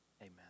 Amen